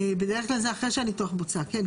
בדרך כלל זה אחרי שהניתוח בוצע, כן.